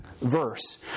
verse